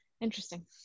Interesting